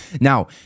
Now